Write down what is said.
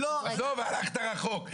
עזוב, הלכת רחוק.